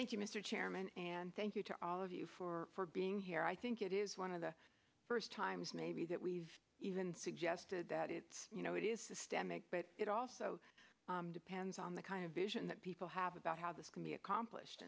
thank you mr chairman and thank you to all of you for being here i think it is one of the first times maybe that we've even suggested that it's you know it is systemic but it also depends on the kind of vision that people have about how this can be accomplished